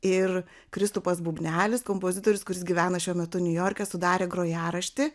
ir kristupas bubnelis kompozitorius kuris gyvena šiuo metu niujorke sudarė grojaraštį